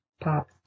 pop